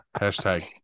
Hashtag